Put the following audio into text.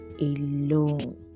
alone